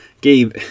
Gabe